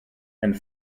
and